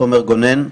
תומר גונן.